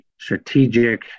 strategic